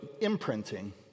imprinting